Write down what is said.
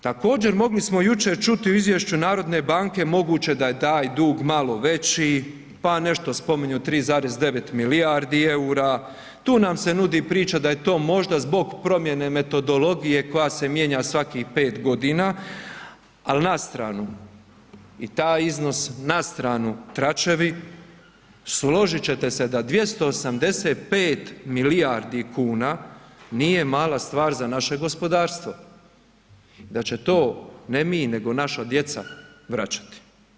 Također, mogli smo jučer čuti u izvješću narodne banke, moguće da je taj dug malo veći, pa nešto spominju 3,9 milijardi eura, tu nam se nudi priča da je to možda zbog promjene metodologije koja se mijenja svakih 5 godina, ali na stranu i taj iznos, na stanu tračevi, složit ćete se da 285 milijardi kuna nije mala stvar za naše gospodarstvo i da će to, ne mi, nego naša djeca vraćati.